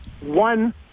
One